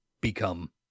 become